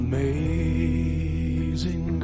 Amazing